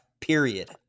period